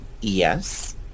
Yes